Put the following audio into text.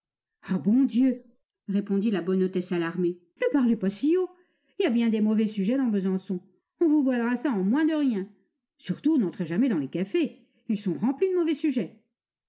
ah bon dieu répondit la bonne hôtesse alarmée ne parlez pas si haut il y a bien des mauvais sujets dans besançon on vous volera cela en moins de rien surtout n'entrez jamais dans les cafés ils sont remplis de mauvais sujets